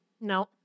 No